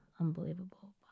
unbelievable